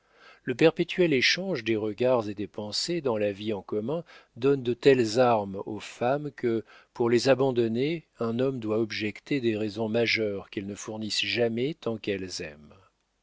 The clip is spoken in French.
le perpétuel échange des regards et des pensées dans la vie en commun donne de telles armes aux femmes que pour les abandonner un homme doit objecter des raisons majeures qu'elles ne fournissent jamais tant qu'elles aiment